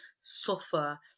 suffer